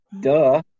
Duh